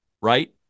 right